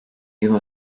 i̇vo